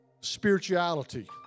spirituality